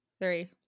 three